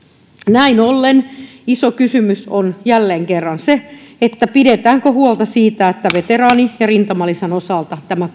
näin ollen iso kysymys on jälleen kerran se pidetäänkö huolta siitä että veteraani ja rintamalisän osalta tämä